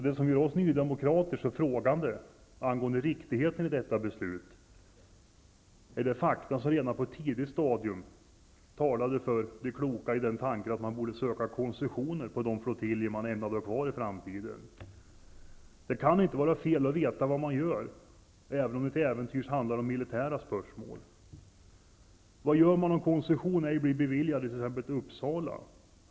Det som gör oss nydemokrater så frågande angående riktigheten i detta beslut är de fakta som redan på ett tidigt stadium talade för det kloka i tanken att man borde söka koncessioner på de flottiljer som man ämnade ha kvar i framtiden. Det kan inte vara fel att veta vad man gör, även om det till äventyrs handlar om militära spörsmål. Vad gör man om koncession ej blir beviljad i t.ex. Uppsala?